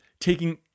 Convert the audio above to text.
taking